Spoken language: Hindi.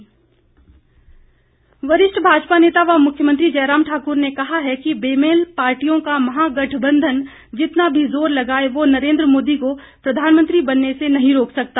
मुख्यमंत्री वरिष्ठ भाजपा नेता व मुख्यमंत्री जयराम ठाकुर ने कहा है कि बेमेल पार्टियों का महागठबंधन जितना भी जोर लगाए वो नरेंद्र मोदी को प्रधानमंत्री बनने से नहीं रोक सकता